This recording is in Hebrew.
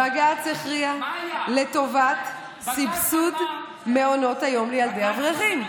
בג"ץ הכריע לטובת סבסוד מעונות היום לילדי אברכים.